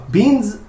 Bean's